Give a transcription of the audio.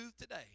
today